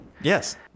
yes